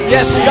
Yes